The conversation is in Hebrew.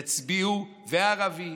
הערבי,